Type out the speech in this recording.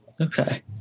Okay